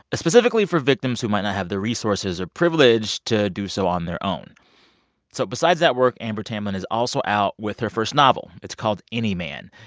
specifically for victims who might not have the resources or privilege to do so on their own so besides that work, amber tamblyn is also out with her first novel. it's called any man.